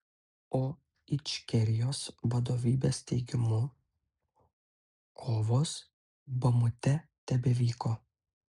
o ičkerijos vadovybės teigimu kovos bamute tebevyko